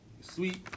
Sweet